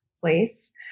place